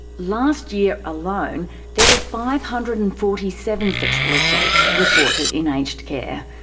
last year alone there were five hundred and forty seven sexual assaults reported in aged care.